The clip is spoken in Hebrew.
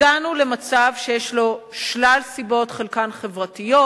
הגענו למצב שיש לו שלל סיבות, חלקן חברתיות,